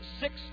six